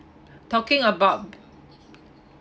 talking about